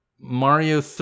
Mario